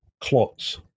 clots